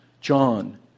John